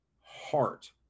heart